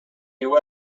viu